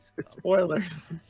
Spoilers